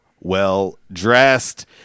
well-dressed